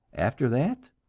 after that,